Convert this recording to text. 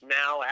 now